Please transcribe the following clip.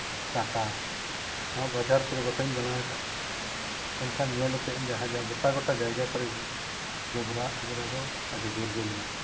ᱴᱟᱴᱟ ᱱᱚᱣᱟ ᱵᱟᱡᱟᱨ ᱠᱚᱨᱮᱜ ᱜᱚᱴᱟᱧ ᱫᱟᱲᱟ ᱟᱠᱟᱜᱼᱟ ᱢᱮᱱᱠᱷᱟᱱ ᱧᱮᱞ ᱠᱟᱜ ᱟᱹᱧ ᱡᱟᱦᱟᱸ ᱡᱟᱦᱟᱸ ᱜᱚᱴᱟ ᱜᱚᱴᱟ ᱡᱟᱭᱜᱟ ᱠᱚᱨᱮᱜ ᱜᱮ ᱡᱚᱵᱽᱨᱟ ᱚᱡᱽᱨᱟ ᱫᱚ ᱟᱹᱰᱤ ᱡᱳᱨ ᱜᱮ ᱢᱮᱱᱟᱜᱼᱟ